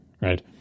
right